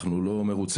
אנחנו לא מרוצים,